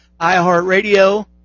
iHeartRadio